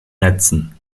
netzen